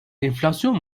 enflasyon